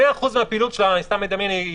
100% מהפעילות שלה היא תיירות,